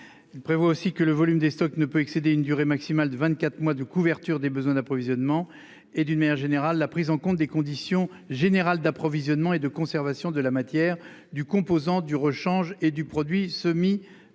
Il prévoit aussi que le volume des stocks ne peut excéder une durée maximale de 24 mois de couverture des besoins d'approvisionnements et d'une manière générale, la prise en compte des conditions générales d'approvisionnement et de conservation de la matière du composant du rechange et du produits semi-finis